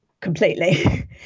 completely